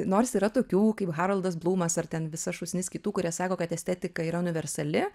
nors yra tokių kaip haroldas blūmas ar ten visa šūsnis kitų kurie sako kad estetika yra universali